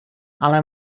ale